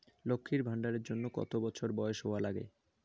লক্ষী ভান্ডার এর জন্যে কতো বছর বয়স হওয়া লাগে?